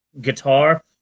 guitar